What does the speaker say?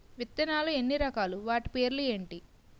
విత్తనాలు ఎన్ని రకాలు, వాటి పేర్లు ఏంటి?